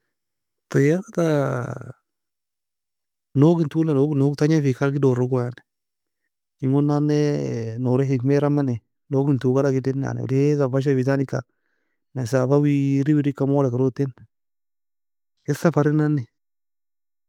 Tayarata nougentola nouge nouge tanga fika algi dorogo yani engon nanne nouren hikmeara meni, nougen toue galag elin welasan fasha fintan, eka مسافة weiry werikka mola kero ten, ken safarinanni.